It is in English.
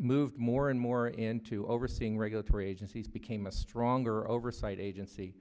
moved more and more into overseeing regulatory agencies became a stronger oversight agency